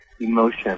emotion